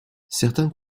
certains